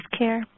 healthcare